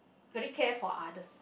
very care for others